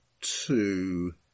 two